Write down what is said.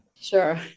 Sure